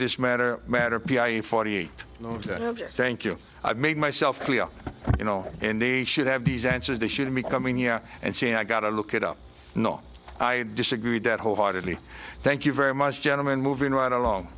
this matter matter p i forty eight no thank you i've made myself clear you know and the should have these answers they shouldn't be coming here and seeing i got to look it up no i disagree that wholeheartedly thank you very much gentlemen moving right along